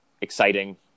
exciting